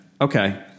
Okay